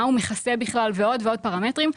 מה הוא מכסה ועוד ועוד פרמטרים.